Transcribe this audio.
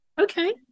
Okay